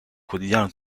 quotidiano